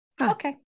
Okay